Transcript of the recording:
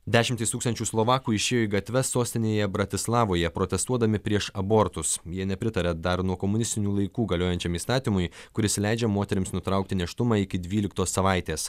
dešimtys tūkstančių slovakų išėjo į gatves sostinėje bratislavoje protestuodami prieš abortus jie nepritaria dar nuo komunistinių laikų galiojančiam įstatymui kuris leidžia moterims nutraukti nėštumą iki dvyliktos savaitės